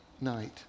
night